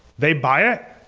they buy it,